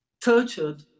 tortured